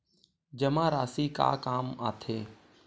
जमा राशि का काम आथे?